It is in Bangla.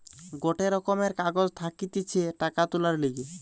গটে রকমের কাগজ থাকতিছে টাকা তুলার লিগে